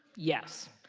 yes,